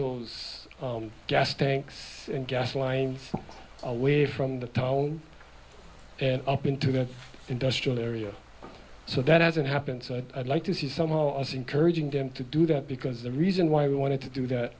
those gas tanks and gas lines away from the town and up into the industrial area so that hasn't happened so i'd like to see some of us encouraging them to do that because the reason why we wanted to do that